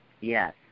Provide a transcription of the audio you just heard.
yes